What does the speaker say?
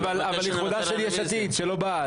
לכבוד יש עתיד שלא באה.